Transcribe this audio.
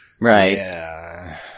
Right